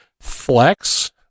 flex